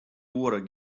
oere